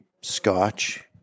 scotch